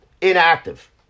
inactive